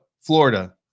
Florida